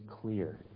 clear